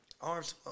Arms